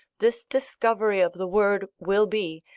this discovery of the word will be,